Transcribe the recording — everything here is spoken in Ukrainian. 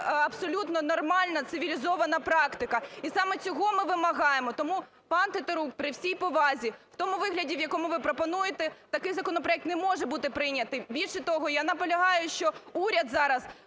абсолютно нормальна, цивілізована практика. І саме цього ми вимагаємо. Тому, пан Тетерук, при всій повазі, в тому вигляді, в якому ви пропонуєте, такий законопроект не може бути прийнятий. Більше того, я наполягаю, що уряд зараз